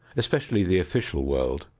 especially the official world,